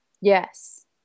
Yes